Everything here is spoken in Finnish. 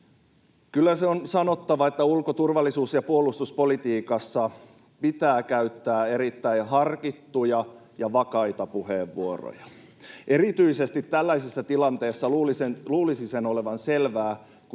Kyllä se on sanottava, että ulko-, turvallisuus- ja puolustuspolitiikassa pitää käyttää erittäin harkittuja ja vakaita puheenvuoroja. Erityisesti sen luulisi olevan selvää